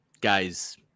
guy's